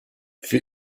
für